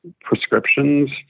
prescriptions